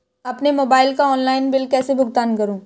अपने मोबाइल का online bill कैसे भुगतान करूं?